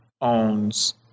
owns